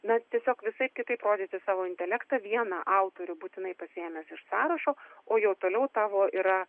na tiesiog visaip kitaip rodyti savo intelektą vieną autorių būtinai pasiėmęs iš sąrašo o jau toliau tavo yra